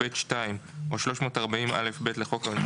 (ב) או (ב2) או 340א(ב) לחוק העונשין,